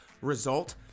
result